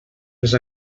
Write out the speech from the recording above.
les